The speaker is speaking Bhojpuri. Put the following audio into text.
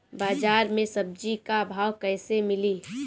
बाजार मे सब्जी क भाव कैसे मिली?